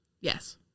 Yes